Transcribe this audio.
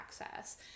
access